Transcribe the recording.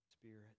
Spirit